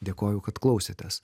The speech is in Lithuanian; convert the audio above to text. dėkoju kad klausėtės